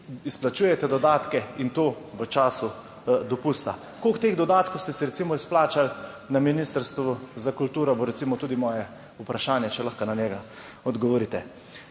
izplačujete dodatke in to v času dopusta? Koliko teh dodatkov ste si, recimo, izplačali na Ministrstvu za kulturo bo recimo tudi moje vprašanje, če lahko na njega odgovorite.